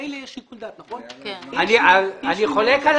אני חולק על